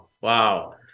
Wow